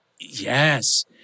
Yes